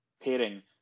pairing